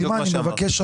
זה מה שאמרתי.